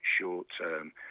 short-term